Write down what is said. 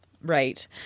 Right